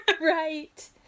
Right